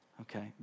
okay